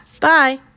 Bye